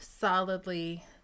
solidly